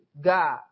God